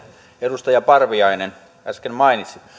edustaja parviainen äsken mainitsi